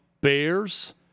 Bears